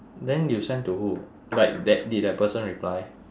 then you send to who like that did that person reply